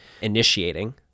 initiating